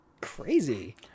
crazy